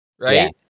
right